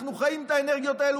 אנחנו חיים את האנרגיות האלה